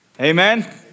Amen